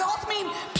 עבירות מין.